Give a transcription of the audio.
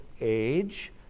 age